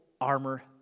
armor